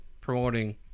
promoting